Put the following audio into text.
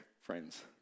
friends